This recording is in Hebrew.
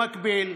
במקביל,